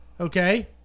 okay